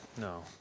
No